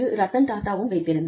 ரத்தன் டாடாவும் வைத்திருந்தார்